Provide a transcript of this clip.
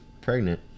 pregnant